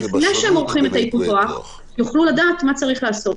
לפני שהם עורכים את ייפוי הכוח יוכלו לדעת מה צריך לעשות.